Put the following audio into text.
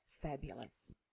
Fabulous